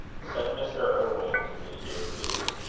send mr. irwan to me here, please.